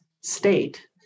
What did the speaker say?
state